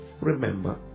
remember